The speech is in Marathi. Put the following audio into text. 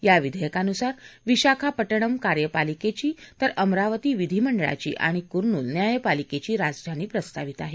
या विधेयकानुसार विशाखापट्टणम कार्यपालिकेची तर अमरावती विधिमंडळाची आणि कुर्नुल न्यायपालिकेची राजधानी प्रस्तावित आहे